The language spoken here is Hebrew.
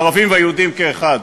הערבים והיהודים כאחד.